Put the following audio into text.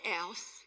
else